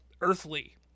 earthly